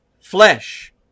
flesh